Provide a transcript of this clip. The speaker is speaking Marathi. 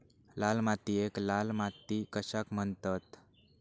लाल मातीयेक लाल माती कशाक म्हणतत?